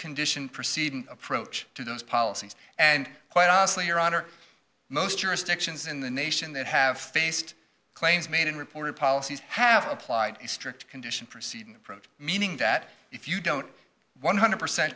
condition proceeding approach to those policies and quite honestly your honor most jurisdictions in the nation that have faced claims made and reported policies have applied a strict condition preceding approach meaning that if you don't one hundred percent